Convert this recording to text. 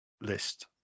list